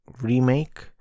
remake